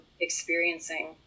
experiencing